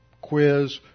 quiz